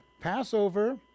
Passover